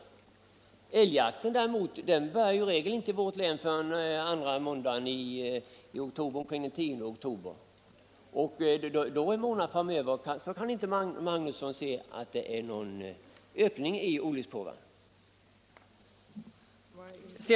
Under älgjakten däremot — i vårt län börjar den i regel inte förrän andra måndagen i oktober, omkring den 10 — har vi ingen ökning i olyckskurvan, någonting annat kan herr Magnusson i Kristinehamn inte påstå.